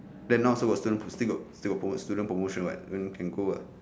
then now also got student prom~ still got still got promo~ student promotion [what] then can go [what]